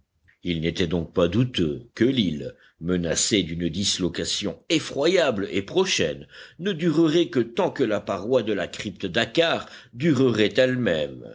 il n'était donc pas douteux que l'île menacée d'une dislocation effroyable et prochaine ne durerait que tant que la paroi de la crypte dakkar durerait elle-même